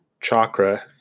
Chakra